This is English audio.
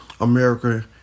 America